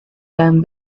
them